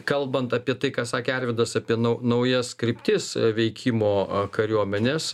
kalbant apie tai ką sakė arvydas apie nau naujas kryptis veikimo kariuomenės